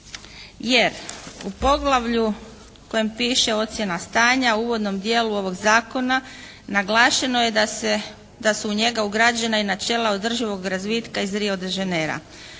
Jer u poglavlju u kojem piše ocjena stanja u uvodnom dijelu ovog zakona naglašeno je da su u njega ugrađena i načela održivog razvitka iz Rio de Janeira.